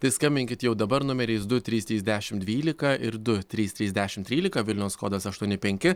tai skambinkit jau dabar numeriais du trys trys dešimt dvylika ir du trys trys dešim trylika vilniaus kodas aštuoni penki